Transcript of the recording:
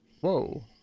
whoa